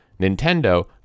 Nintendo